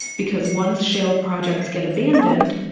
because once shale projects get abandoned,